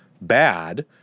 bad